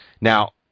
Now